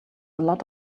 lot